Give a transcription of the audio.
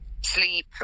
sleep